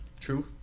True